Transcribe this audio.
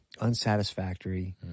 unsatisfactory